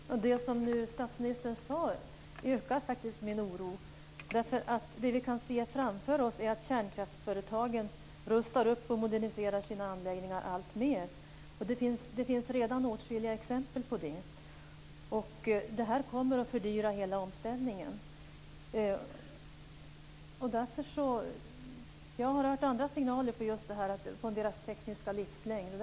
Fru talman! Det som statsministern nu sade ökar faktiskt min oro. Det vi nu kan se framför oss är att kärnkraftsföretagen rustar upp och moderniserar sina anläggningar alltmer. Det finns redan åtskilliga exempel på det. Detta kommer att fördyra hela omställningen. Jag har hört andra signaler när det gäller den tekniska livslängden.